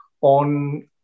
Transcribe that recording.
on